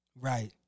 Right